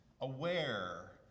aware